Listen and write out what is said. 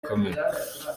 kamena